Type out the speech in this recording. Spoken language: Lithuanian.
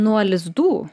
nuo lizdų